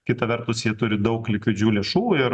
kita vertus jie turi daug likvidžių lėšų ir